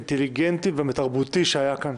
האינטליגנטי והתרבותי שהיה כאן.